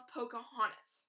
Pocahontas